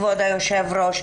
כבוד היו"ר,